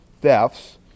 thefts